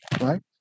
right